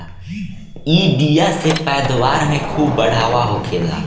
इ बिया से पैदावार में खूब बढ़ावा होखेला